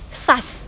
sus